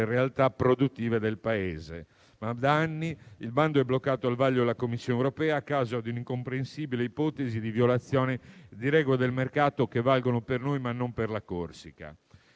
realtà produttive del Paese. Da anni, però, il bando è bloccato al vaglio della Commissione europea, a causa di un'incomprensibile ipotesi di violazione delle regole del mercato che valgono per noi, ma non per la Corsica.